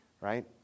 right